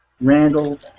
Randall